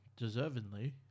deservingly